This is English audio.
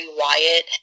Wyatt